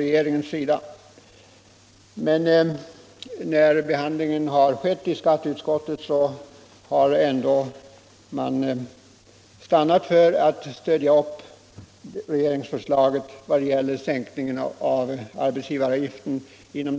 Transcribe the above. Under behandlingen i skatteutskottet har de ändå stannat för att tillstyrka regeringsförslaget om en sänkning av arbetsgivaravgiften inom